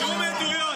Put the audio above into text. שום עדויות.